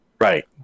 right